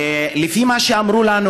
לפי מה שאמרו לנו,